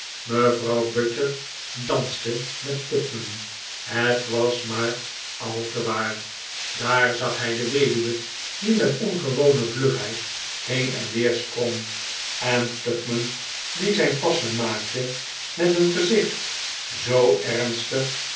mevrouw budge'r danste met tupman het was maar al te waar daar zag hij de weduwe die met ongewone vlugheid been en weer sprong en tupman die zijn passen maakte met een gezicht zoo ernstig